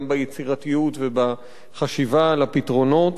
גם ביצירתיות ובחשיבה על הפתרונות,